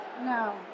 No